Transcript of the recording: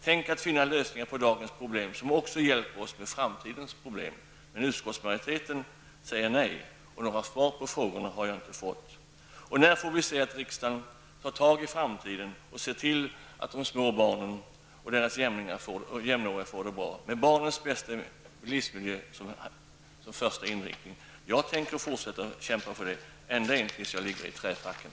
Tänk, att finna lösningar på dagens problem som också hjälper oss med framtidens problem, men utskottsmajoriteten säger nej och några svar på frågorna har jag inte fått. När kommer riksdagen att ta tag i framtidsfrågorna och se till att de små barnen får det bra? Barnens bästa livsmiljö måste vara den främsta inriktningen. Jag tänker fortsätta att kämpa för detta ända fram till dess jag ligger i träfracken.